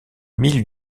mille